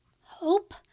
hope